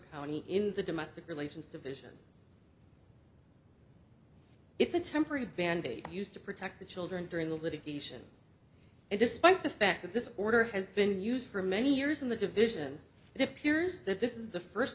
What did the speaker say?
county in the domestic relations division it's a temporary band aid used to protect the children during the litigation and despite the fact that this order has been used for many years in the division it appears that this is the first